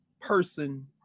person